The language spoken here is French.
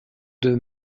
deux